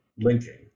linking